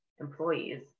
employees